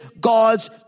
God's